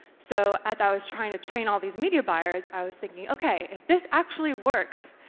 so as i was trying to train all these media buyers, i was thinking, okay if this actually works,